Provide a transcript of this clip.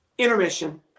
Intermission